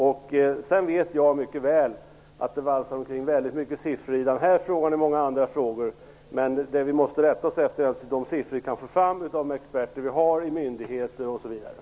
Jag vet mycket väl att det valsar omkring väldigt mycket siffror i denna fråga som i många andra frågor, men det vi måste rätta oss efter är de siffror som vi får av experter inom myndigheter osv.